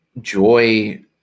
joy